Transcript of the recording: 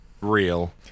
real